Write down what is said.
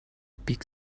pick